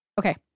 Okay